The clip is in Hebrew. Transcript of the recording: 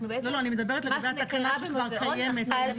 לא, אני מדברת לגבי התקנה שכבר קיימת.